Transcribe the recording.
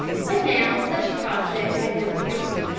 but now such a prospect had no terrors.